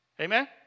Amen